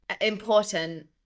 important